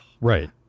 right